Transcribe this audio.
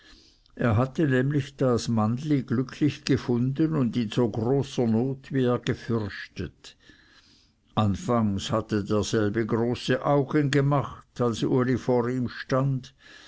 er hatte nämlich das mannli glücklich gefunden und in so großer not wie er gefürchtet anfangs hatte derselbe große augen gemacht als uli vor ihm stand